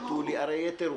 הרי יהיה תרוץ,